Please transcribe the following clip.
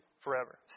forever